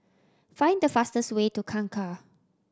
find the fastest way to Kangkar